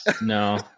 no